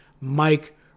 Mike